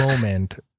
moment